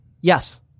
Yes